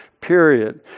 period